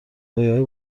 رویاهای